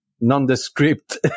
nondescript